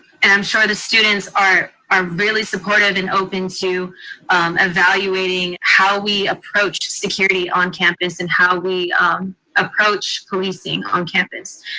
and i'm sure the students are are really supportive and open to evaluating how we approach security on campus, and how we approach policing on campus.